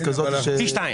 פי שניים.